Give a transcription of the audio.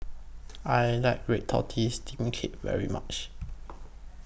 I like Red Tortoise Steamed Cake very much